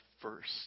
first